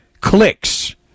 clicks